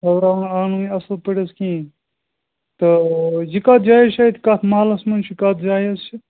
تورٕ اَنوٕنۍ اَصٕل پٲٹھۍ حظ کِہیٖنٛۍ تہٕ یہِ کَتھ جایہِ حظ چھِ اَتہِ کَتھ محلَس منٛز چھِ کَتھ جایہِ حظ چھِ